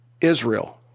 Israel